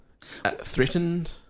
threatened